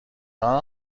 کنید